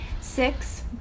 six